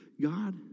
God